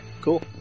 cool